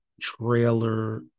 trailer